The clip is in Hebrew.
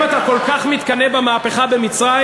אם אתה כל כך מתקנא במהפכה במצרים,